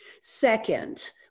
Second